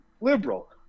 liberal